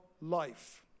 life